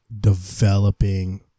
developing